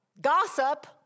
Gossip